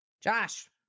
Josh